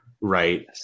right